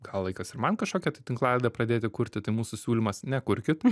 gal laikas ir man kažkokią tai tinklalaidę pradėti kurti tai mūsų siūlymas nekurkit